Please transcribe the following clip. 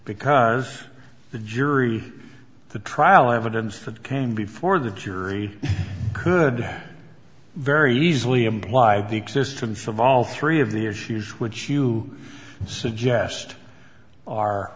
because the jury the trial evidence for that came before the jury could very easily imply the existence of all three of the issues which you suggest are